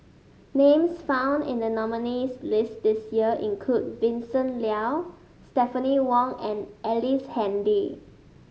names found in the nominees' list this year include Vincent Leow Stephanie Wong and Ellice Handy